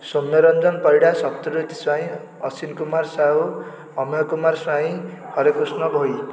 Soumyaranjan Parida Satyajit Swain Ashwin Kumar Sahu Amiya Kumar Swain Harekrushna Bhoi